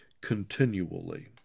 continually